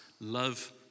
love